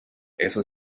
eso